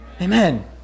Amen